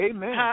Amen